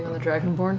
the dragonborn